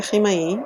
ככימאי,